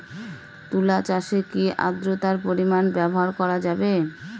তুলা চাষে কি আদ্রর্তার পরিমাণ ব্যবহার করা যাবে?